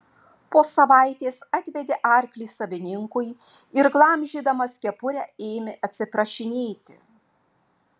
po savaitės atvedė arklį savininkui ir glamžydamas kepurę ėmė atsiprašinėti